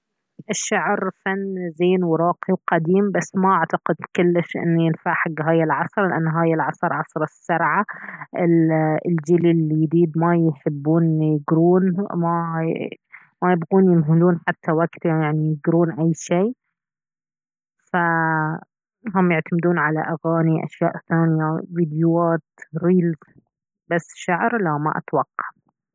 الشعر فن زين وراقي وقديم بس ما اعتقد كلش ان ينفع حق هاي العصر لانه هاي العصر عصر السرعة الجيل اليديد ما يحبون يقرون ما يبغون يمهلون حتى وقت يعني يقرون اي شي فهم يعتمدون على اغاني اشياء ثانية وفيديوات ريلز بس شعر لا ما اتوقع